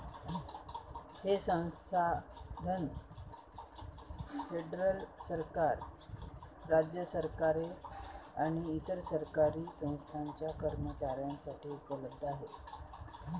हे संसाधन फेडरल सरकार, राज्य सरकारे आणि इतर सरकारी संस्थांच्या कर्मचाऱ्यांसाठी उपलब्ध आहे